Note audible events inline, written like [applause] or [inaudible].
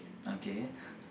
okay [breath]